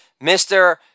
Mr